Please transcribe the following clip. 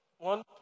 one